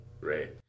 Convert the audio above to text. Great